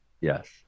Yes